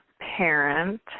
parent